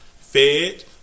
Fed